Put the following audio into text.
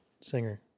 singer